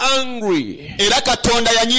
angry